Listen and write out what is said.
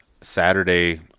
Saturday